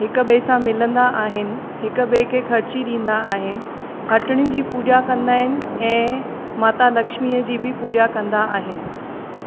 हिक ॿिए सां मिलंदा आहिनि हिक ॿिए खे खर्ची ॾींदा आहिनि हटिणिनि जी पूॼा कंदा आहिनि ऐं माता लक्ष्मीअ जी बि पूॼा कंदा आहिनि